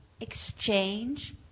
exchange